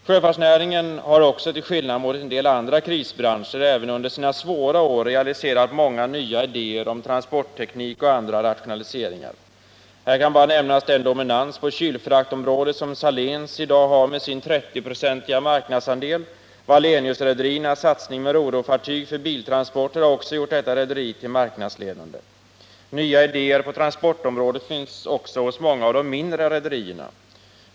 Sjöfartsnäringen har också till skillnad mot en del andra krisbranscher även under sina svåra år realiserat många nya idéer i fråga om transportteknik och andra rationaliseringar. Här kan bara nämnas den dominans på kylfraktområdet som Saléns i dag har med sin 30-procentiga marknadsandel. Walleniusrederiernas satsning med ro/ro-fartyg för biltransporter har också gjort detta rederi till marknadsledande. Nya idéer på transportområdet finns också hos många av de mindre rederierna.